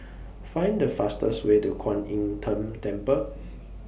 Find The fastest Way to Kwan Im Tng Temple